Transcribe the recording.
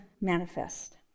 manifest